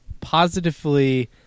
positively